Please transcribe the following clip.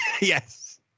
Yes